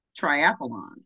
triathlons